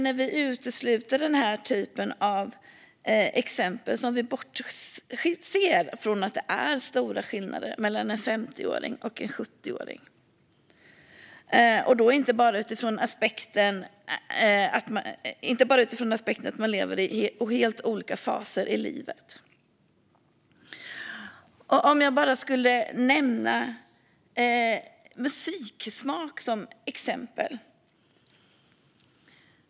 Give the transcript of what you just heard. När vi utesluter den typen av exempel bortser vi från att det är stora skillnader mellan en 50-åring och en 70åring, inte bara utifrån aspekten att man är i helt olika faser av livet. Jag skulle kunna nämna musiksmak som exempel.